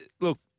look